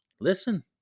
Listen